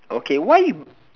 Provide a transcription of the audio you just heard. okay why you